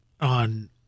on